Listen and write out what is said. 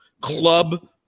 club